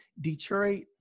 Detroit